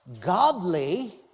godly